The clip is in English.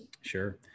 Sure